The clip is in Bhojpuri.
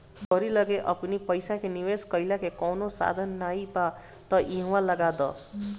तोहरी लगे अपनी पईसा के निवेश कईला के कवनो साधन नाइ बा तअ इहवा लगा दअ